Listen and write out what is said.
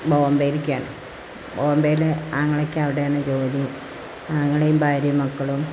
ബോംബേയിലേക്കാണ് ബോംബെയില് ആങ്ങളയ്ക്ക് അവിടെയാണ് ജോലി ആങ്ങളെയും ഭാര്യയും മക്കളും